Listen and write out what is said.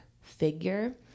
figure